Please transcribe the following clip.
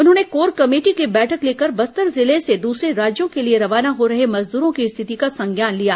उन्होंने core committee की बैठक लेकर बस्तर जिले से दूसरे राज्यों के लिए रवाना हो रहे मजदूरों की स्थिति का संज्ञान लिया